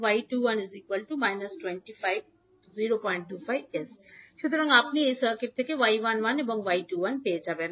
বা অতএব সুতরাং আপনি এই সার্কিট থেকে y 11 এবং y 21 পেয়েছেন